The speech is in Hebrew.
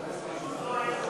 לא היו שום סיכומים.